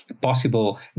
possible